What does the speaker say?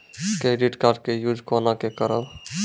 Credit card के use कोना के करबऽ?